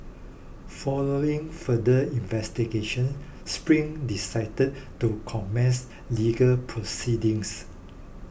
following further investigation Spring decided to commence legal proceedings